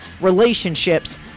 relationships